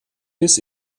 bis